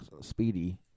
Speedy